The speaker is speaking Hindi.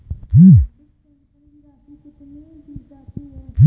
मासिक पेंशन की राशि कितनी दी जाती है?